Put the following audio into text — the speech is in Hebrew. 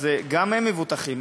אז גם הם מבוטחים.